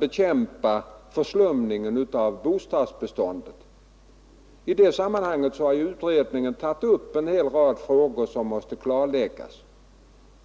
bekämpa förslumningen av bostadsbeståndet. I detta sammanhang har utredningen tagit upp en hel rad frågor som måste klarläggas.